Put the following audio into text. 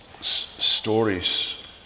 stories